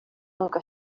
que